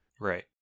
Right